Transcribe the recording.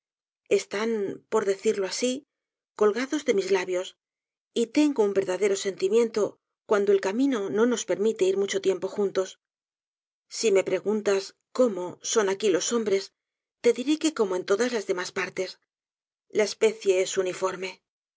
están por decirlo asi colgados de mis labios y tengo un verdadero sentimiento cuando el camino no nos permite ir mucho tiempo juntos si me preguntas cómo son aqui los hombres te diré que como en todas las demás partes la especie es uniforme